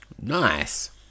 Nice